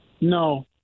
No